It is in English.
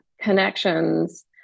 connections